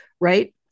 right